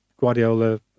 Guardiola